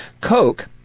Coke